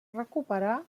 recuperà